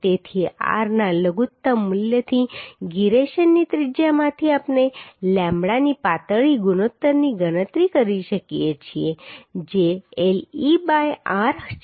તેથી r ના લઘુત્તમ મૂલ્યથી gyration ની ત્રિજ્યામાંથી આપણે lambda ની પાતળી ગુણોત્તરની ગણતરી કરી શકીએ છીએ જે le બાય r છે